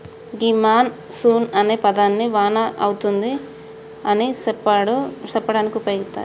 గీ monsoon అనే పదాన్ని వాన అతుంది అని సెప్పడానికి ఉపయోగిత్తారు